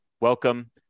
welcome